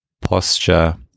Posture